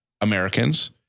Americans